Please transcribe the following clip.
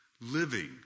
living